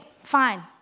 fine